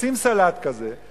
עושים סלט כזה.